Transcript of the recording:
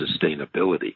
sustainability